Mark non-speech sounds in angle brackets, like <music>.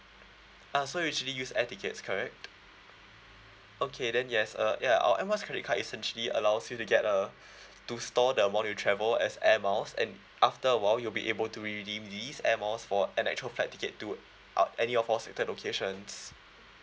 ah so you actually use air tickets correct okay then yes uh ya our air miles credit card essentially allows you to get a <breath> to store the amount you travel as air miles and after awhile you'll be able to redeem these air miles for an actual flight ticket to uh any of our designated locations